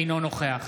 אינו נוכח